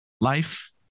Life